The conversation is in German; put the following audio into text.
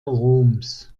roms